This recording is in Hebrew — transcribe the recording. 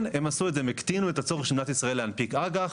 כן הם הקטינו את הצורך של מדינת ישראל בלהנפיק אג״ח,